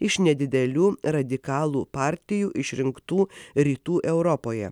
iš nedidelių radikalų partijų išrinktų rytų europoje